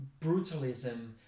brutalism